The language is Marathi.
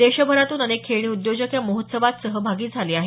देशभरातून अनेक खेळणी उद्योजक या महोत्सवात सहभागी झाले आहेत